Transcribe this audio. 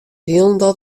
hielendal